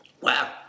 wow